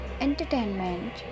entertainment